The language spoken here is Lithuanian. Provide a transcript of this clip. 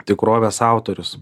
tikrovės autorius